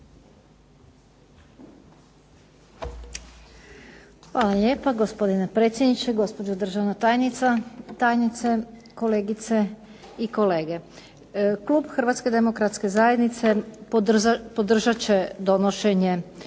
Hvala lijepa. Gospodine predsjedniče, gospođo državna tajnice, kolegice i kolege. Klub Hrvatske demokratske zajednice podržat će donošenje